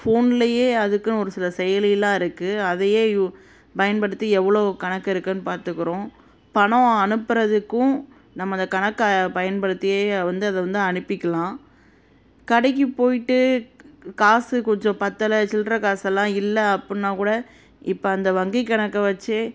ஃபோன்லையே அதுக்குன்னு ஒரு சில செயலியெலாம் இருக்குது அதையே யூ பயன்படுத்தி எவ்வளோ கணக்கு இருக்குதுன்னு பார்த்துக்குறோம் பணம் அனுப்புகிறதுக்கும் நம்மளை கணக்கை பயன்படுத்தியே வந்து அதை வந்து அனுப்பிக்கலாம் கடைக்கு போய்ட்டு காசு கொஞ்சம் பத்தலை சில்லற காசெல்லாம் இல்லை அப்பட்னா கூட இப்போ அந்த வங்கிக்கணக்கை வச்சே